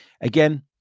Again